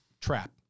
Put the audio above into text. Trap